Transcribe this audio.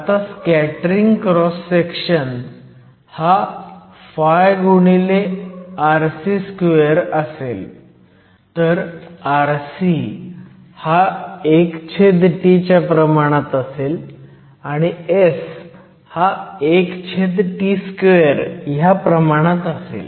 आता scattering cross section हा rc2 असेल तर rc α T 1 आणि S α T 2 असेल